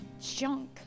Junk